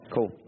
Cool